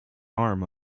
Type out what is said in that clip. arm